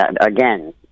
again